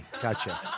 gotcha